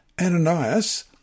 Ananias